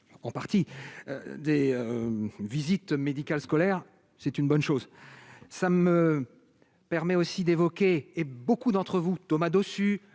en partie des visites médicales scolaires, c'est une bonne chose, ça me permet aussi d'évoquer et beaucoup d'entre vous, Thomas dessus